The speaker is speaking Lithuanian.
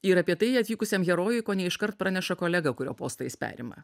ir apie tai atvykusiam herojui kone iškart praneša kolega kurio postą jis perima